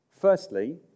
Firstly